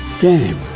Game